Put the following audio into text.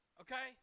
okay